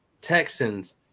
Texans